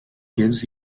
gives